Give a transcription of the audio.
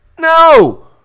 No